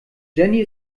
jenny